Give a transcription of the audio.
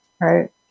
Right